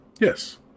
Yes